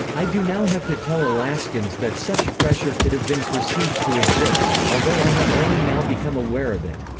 i do now have to tell alaskans that such pressure could have been perceived to exist, although i have only now become aware of it,